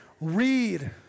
Read